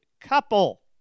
couple